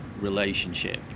relationship